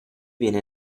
viene